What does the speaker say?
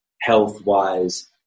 health-wise